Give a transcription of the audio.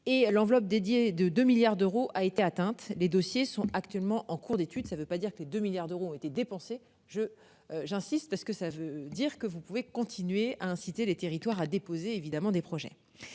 et l'enveloppe dédiée de 2 milliards d'euros a été atteinte. Les dossiers sont actuellement en cours d'étude. Ça veut pas dire que les 2 milliards d'euros ont été dépensés. Je, j'insiste parce que ça veut dire que vous pouvez continuer à inciter les territoires a déposé évidemment des projets.